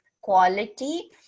quality